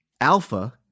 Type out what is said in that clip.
Alpha